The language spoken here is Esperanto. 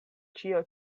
ĉio